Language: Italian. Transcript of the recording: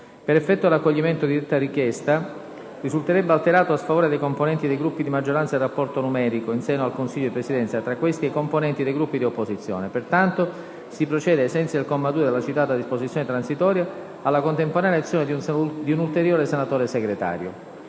Per effetto dell'accoglimento di detta richiesta, risulterebbe alterato a sfavore dei componenti dei Gruppi di maggioranza il rapporto numerico, in seno al Consiglio dì Presidenza, tra questi e i componenti dei Gruppi di opposizione; pertanto si procede, ai sensi del comma 2 della citata Disposizione transitoria, alla contemporanea elezione di un ulteriore senatore Segretario.